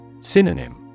Synonym